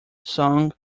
song